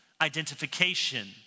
identification